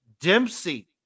Dempsey